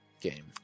game